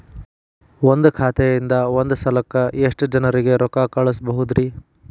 ಒಂದ್ ಖಾತೆಯಿಂದ, ಒಂದ್ ಸಲಕ್ಕ ಎಷ್ಟ ಜನರಿಗೆ ರೊಕ್ಕ ಕಳಸಬಹುದ್ರಿ?